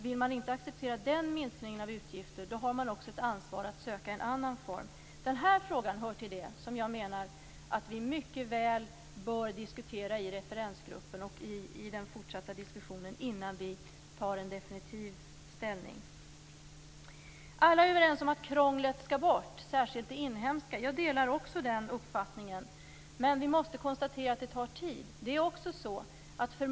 Vill man inte acceptera den minskningen av utgifter, har man ett ansvar att söka en annan form. Denna frågan hör till de saker vi bör diskutera i referensgruppen innan vi tar definitiv ställning. Alla är överens om att krånglet skall bort - särskilt det inhemska krånglet. Jag delar också den uppfattningen. Men det tar tid.